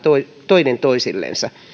toinen toisillensa